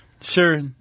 Sure